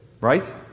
right